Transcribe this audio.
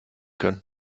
können